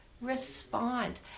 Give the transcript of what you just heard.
respond